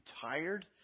tired